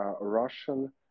Russian